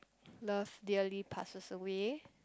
love dearly passes away